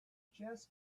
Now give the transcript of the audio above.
just